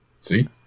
See